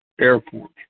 airport